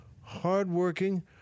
hardworking